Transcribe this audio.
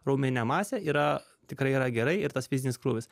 raumeninė masė yra tikrai yra gerai ir tas fizinis krūvis